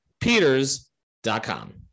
peters.com